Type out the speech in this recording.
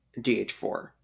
DH4